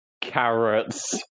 Carrots